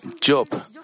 job